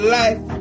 life